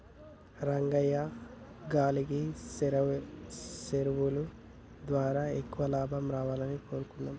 రంగయ్యా గాల్లకి సెరువులు దారా ఎక్కువ లాభం రావాలని కోరుకుందాం